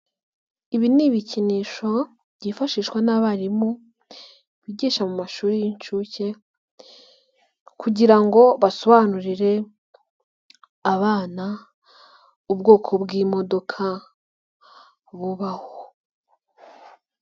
Ibi ni ibikinisho byifashishwa n'abarimu bigisha mu mashuri y'inshuke kugira ngo basobanurire abana ubwoko bw'imodoka bubaho.